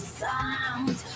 sound